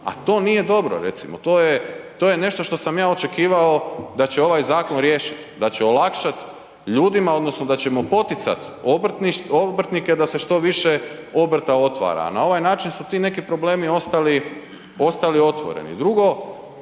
a to nije dobro recimo, to je nešto što sam ja očekivao da će ovaj zakon riješiti, da će olakšati ljudima odnosno da ćemo poticati obrtnike da se što više obrta otvara a na ovaj način su ti neki problemi ostali otvoreni. I drugo,